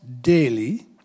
daily